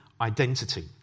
identity